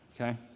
Okay